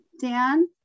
Dan